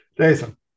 Jason